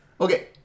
Okay